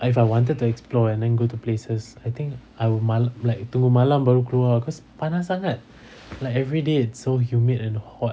if I wanted to explore and then go to places I think I will tunggu malam baru keluar cause panas sangat like everyday it's so humid and hot